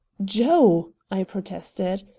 joe! i protested.